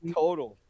total